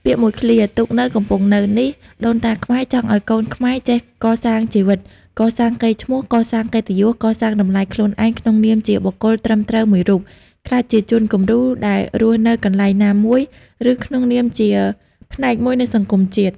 ពាក្យមួយឃ្លា ទូកទៅ កំពង់នៅ នេះ ដូនតាខ្មែរចង់ឲ្យកូនខ្មែរ ចេះកសាងជីវិត កសាងកេរ្តិ៍ឈ្មោះ កសាងកិត្តយស កសាងតម្លៃខ្លួនឯងក្នុងនាមជាបុគ្គលត្រឹមត្រូវមួយរូប ក្លាយជាជនគំរូ ដែលរស់នៅកន្លែងណាមួយ ឬក្នុងនាមជាផ្នែកមួយនៃសង្គមជាតិ។